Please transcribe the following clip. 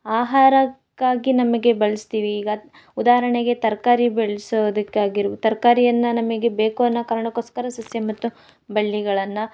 ಆಹಾರಕ್ಕಾಗಿ ನಮಗೆ ಬಳಸ್ತೀವಿ ಈಗ ಉದಾಹರಣೆಗೆ ತರಕಾರಿ ಬೆಳೆಸೋದಿಕ್ಕಾಗಿ ಇರ್ಬೊ ತರಕಾರಿಯನ್ನ ನಮಗೆ ಬೇಕು ಅನ್ನೊ ಕಾರಣಕೋಸ್ಕರ ಸಸ್ಯ ಮತ್ತು ಬಳ್ಳಿಗಳನ್ನು